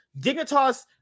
Dignitas